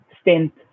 stint